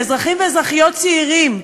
לאזרחים ואזרחיות צעירים,